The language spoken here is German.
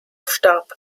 starb